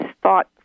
thought